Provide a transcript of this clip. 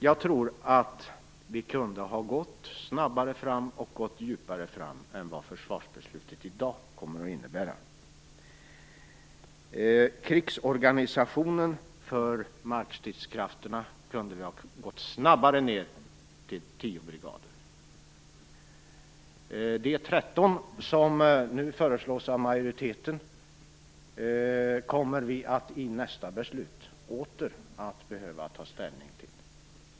Jag tror att vi kunde ha gått snabbare och djupare fram än vad försvarsbeslutet i dag kommer att innebära. När det gäller krigsorganisationen för markstridskrafterna kunde vi ha gått ned till tio brigader snabbare. De 13 som nu föreslås av majoriteten kommer vi i nästa beslut åter att behöva ta ställning till.